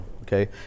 okay